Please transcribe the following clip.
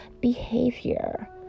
behavior